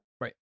Right